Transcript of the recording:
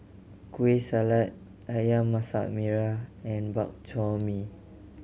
Kueh Salat Ayam Masak Merah and Bak Chor Mee